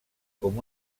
com